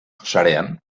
sarean